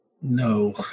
no